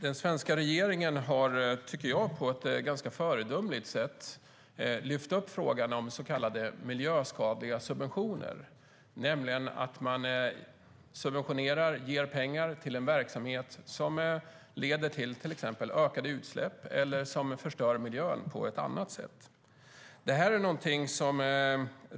Den svenska regeringen har på ett föredömligt sätt lyft upp frågan om så kallade miljöskadliga subventioner, det vill säga att ge pengar till en verksamhet som leder till exempelvis ökade utsläpp eller som förstör miljön på ett annat sätt.